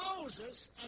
Moses